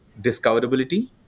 Discoverability